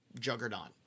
juggernaut